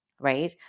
right